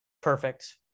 Perfect